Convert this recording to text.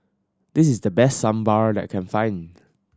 this is the best Sambar that I can find